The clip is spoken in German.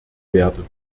werden